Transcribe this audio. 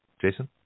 Jason